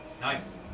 Nice